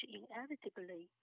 inevitably